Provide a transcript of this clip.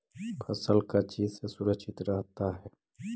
फसल का चीज से सुरक्षित रहता है?